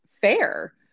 fair